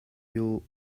you